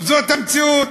זאת המציאות.